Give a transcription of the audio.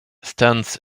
stands